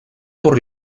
por